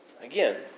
Again